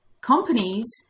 companies